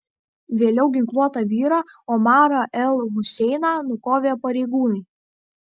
vėliau ginkluotą vyrą omarą el huseiną nukovė pareigūnai